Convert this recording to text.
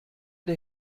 der